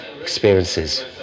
experiences